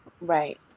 Right